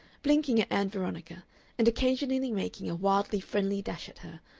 blinking at ann veronica and occasionally making a wildly friendly dash at her,